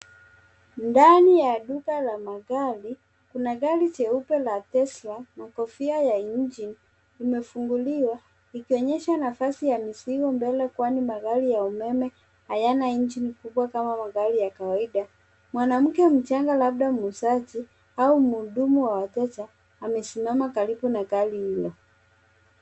Ndani ya duka la magari kuna gari jeupe la Tesla na kofia ya injini imefunguliwa ikionyesha nafasi ya mizigo mbele kwani magari ya umeme hayana injini kubwa kama magari ya kawaida. Mwanamke mchanga labda muuzaji au muhudumu wa wateja amesimama karibu na gari hilo.